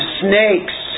snakes